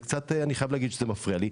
אני חייב להגיד שזה קצת מפריע לי.